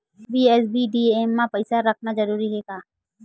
BSBDA मा पईसा रखना जरूरी हे का?